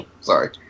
Sorry